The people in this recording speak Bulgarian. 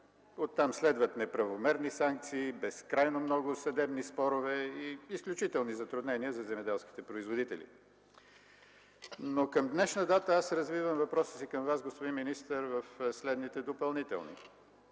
оттам следват неправомерни санкции, безкрайно много съдебни спорове и изключителни затруднения за земеделските производители. Към днешна дата аз развивам въпроса си към Вас, господин министър, в следните допълнителни.